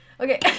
okay